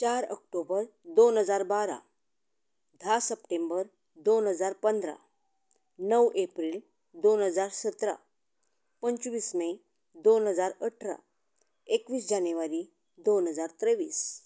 चार ऑक्टोबर दोन हजार बारा धा सप्टेंबर दोन हजार पंदरा णव एप्रील दोन हजार सतरा पंचवीस मे दोन हजार अठरा एकवीस जानेवारी दोन हजार त्रेवीस